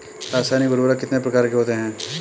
रासायनिक उर्वरक कितने प्रकार के होते हैं?